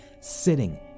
sitting